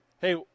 Hey